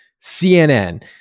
CNN